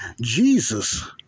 Jesus